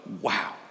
Wow